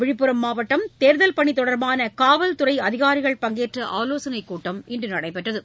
விழுப்புரம் மாவட்டத்தில் தேர்தல் பணித் தொடர்பான காவல் துறை அதிகாரிகள் பங்கேற்ற ஆலோசனைக் கூட்டம் இன்று நடைபெற்றது